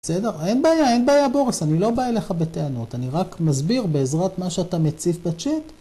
בסדר, אין בעיה, אין בעיה בוריס, אני לא בא אליך בטענות, אני רק מסביר בעזרת מה שאתה מציף בצ'יט.